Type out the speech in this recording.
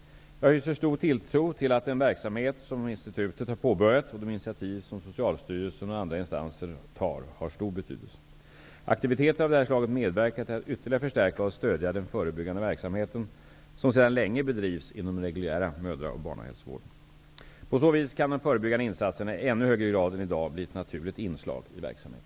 Jag hyser stor tilltro till att den verksamhet som Folkhälsoinstitutet har påbörjat och de initiativ som Socialstyrelsen och andra instanser tar har stor betydelse. Aktiviteter av det här slaget medverkar till att ytterligare förstärka och stödja den förebyggande verksamhet som sedan länge bedrivs inom den reguljära mödra och barnhälsovården. På så vis kan de förebyggande insatserna i ännu högre grad än i dag bli ett naturligt inslag i verksamheten.